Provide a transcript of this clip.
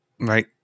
right